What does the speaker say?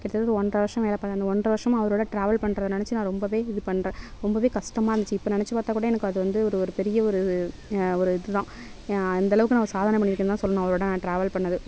கிட்ட தட்ட ஒன்றை வருடம் வேலை பாத்தேன் ஒன்றை வருடம் அவரோட ட்ராவல் பண்ணுறத நெனைச்சி நான் ரொம்ப இது பண்றேன் ரொம்ப கஷ்டமாக இருந்துச்சு இப்போ நெனைச்சி பார்த்தா கூட எனக்கு அது வந்து ஒரு பெரிய பெரிய ஒரு இதுதான் இந்த அளவுக்கு நான் சாதனை பண்ணியிருக்கேன்னு தான் சொல்லணும் அவரோட நான் ட்ராவல் பண்ணது